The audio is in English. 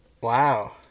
Wow